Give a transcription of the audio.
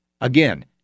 Again